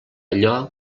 allò